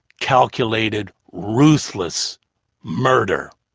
calculated, ruthless murder!